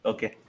Okay